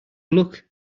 look